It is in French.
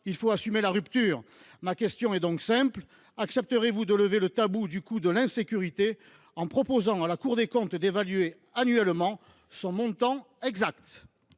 il faut assumer la rupture ! Ma question est donc simple : accepterez vous de lever le tabou du coût de l’insécurité en proposant à la Cour des comptes d’évaluer annuellement son montant exact ?